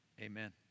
amen